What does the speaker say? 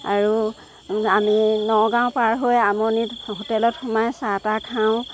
আৰু আমি নগাঁও পাৰ হৈ আমনিত হোটেলত সোমাই চাহ তাহ খাওঁ